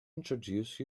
introduce